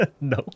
No